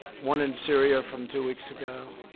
one in syria, from two weeks ago.